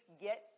get